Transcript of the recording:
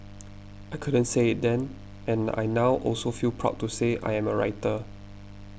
I couldn't say it then and I now also feel proud to say I am a writer